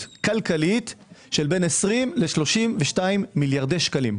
כלכלית של בין 20 ל-32 מיליארד שקלים.